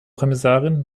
kommissarin